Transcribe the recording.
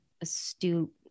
astute